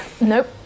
Nope